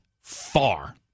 far